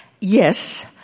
Yes